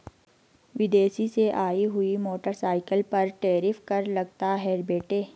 विदेश से आई हुई मोटरसाइकिल पर टैरिफ कर लगता है बेटे